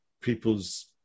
people's